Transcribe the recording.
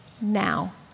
now